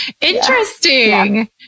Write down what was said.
Interesting